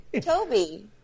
Toby